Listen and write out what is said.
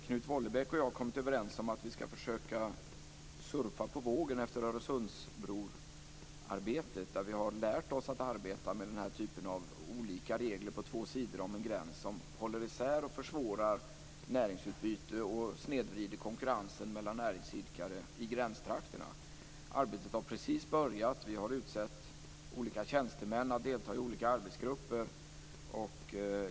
Knut Vollebæk och jag har kommit överens om att vi ska försöka surfa på vågen efter Öresundsbroarbetet, där vi har lärt oss att arbeta med den här typen av olika regler på två sidor om en gräns som håller isär och försvårar näringsutbyte och snedvrider konkurrensen mellan näringsidkare i gränstrakterna. Arbetet har precis börjat. Vi har utsett olika tjänstemän att delta i olika arbetsgrupper.